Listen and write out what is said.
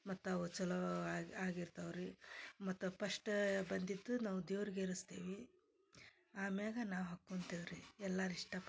ಮತ್ತು ಅವು ಚಲೋ ಆಗಿ ಆಗಿರ್ತಾವೆ ರೀ ಮತ್ತು ಪಸ್ಟಾ ಬಂದಿದ್ದು ನಾವು ದೇವ್ರಿಗೆ ಏರಿಸ್ತೀವಿ ಆಮ್ಯಾಲ ನಾವು ಹಾಕೊತಿವ್ ರೀ ಎಲ್ಲಾರೂ ಇಷ್ಟಪಡ್ತಾರೆ